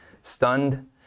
stunned